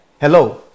hello